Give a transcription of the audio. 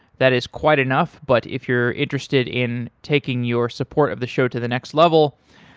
that is quite enough, but if you're interested in taking your support of the show to the next level,